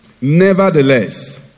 Nevertheless